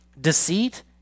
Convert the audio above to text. deceit